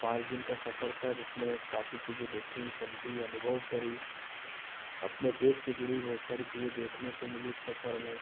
पाँच दिन का सफ़र था जिसमें काफ़ी चीज़ें देखी समझी अनुभव करी अपने देश से जुड़ी बहुत सारी चीज़ें देखने को मिली उस सफ़र में